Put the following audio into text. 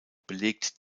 belegt